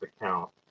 account